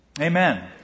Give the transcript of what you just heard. Amen